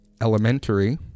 Elementary